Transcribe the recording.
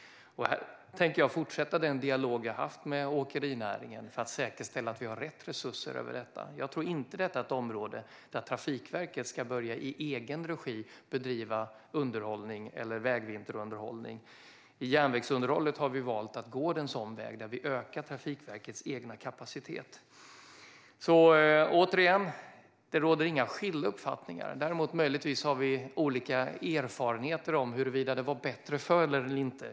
Jag tänker fortsätta den dialog som jag har haft med åkerinäringen för att säkerställa att vi har rätt resurser för detta. Jag tror inte att detta är ett område där Trafikverket ska börja att i egen regi bedriva underhåll eller vinterväghållning. När det gäller järnvägsunderhållet har vi dock valt att gå en väg som innebär att vi ökar Trafikverkets egen kapacitet. Vi har alltså inte några skilda uppfattningar. Däremot har vi möjligtvis olika erfarenheter av och åsikter om huruvida det var bättre förr.